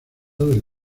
del